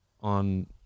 on